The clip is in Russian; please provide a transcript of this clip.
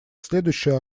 следующий